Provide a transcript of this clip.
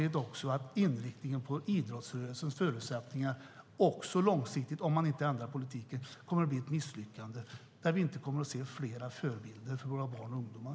Inriktningen på idrottsrörelsens förutsättningar kommer också långsiktigt, om man inte ändrar politiken, att bli ett misslyckande där vi inte kommer att se fler förebilder för våra barn och ungdomar.